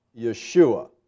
Yeshua